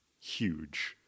huge